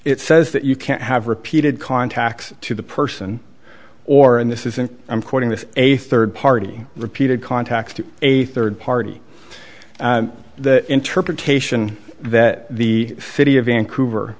it says that you can't have repeated contacts to the person or in this isn't i'm quoting this a third party repeated contacts to a third party that interpretation that the fitty of vancouver